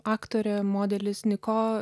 aktorė modelis niko